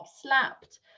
slapped